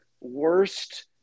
worst